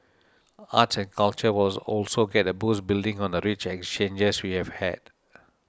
arts and culture wills also get a boost building on the rich exchanges we have had